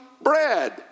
bread